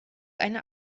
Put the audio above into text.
eine